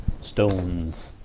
Stones